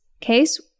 case